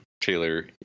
Taylor